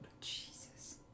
Jesus